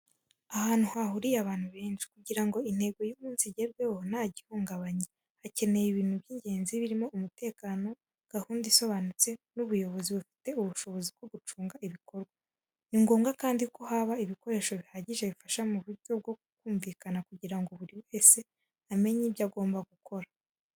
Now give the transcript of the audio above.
Ahantu hahuriye abantu benshi, kugira ngo intego y’umunsi igerweho nta gihungabanye, hakenewe ibintu by’ingenzi birimo umutekano, gahunda isobanutse, n’ubuyobozi bufite ubushobozi bwo gucunga ibikorwa. Ni ngombwa kandi ko haba ibikoresho bihagije bifasha mu buryo bwo kumvikana kugira ngo buri wese amenye ibyo agomba gukora.